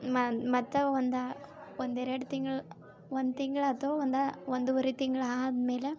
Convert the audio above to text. ಮ ಮತ್ತೆ ಒಂದು ಒಂದೆರಡು ತಿಂಗ್ಳು ಒಂದು ತಿಂಗ್ಳು ಅಥವಾ ಒಂದು ಒಂದೂವರೆ ತಿಂಗ್ಳು ಆದ್ಮೇಲೆ